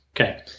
Okay